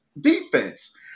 defense